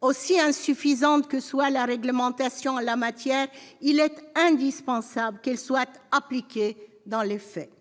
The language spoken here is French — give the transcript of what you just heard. aussi insuffisante que soit la réglementation en la matière, il est indispensable qu'elle soit appliquée dans les faits.